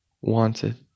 wanted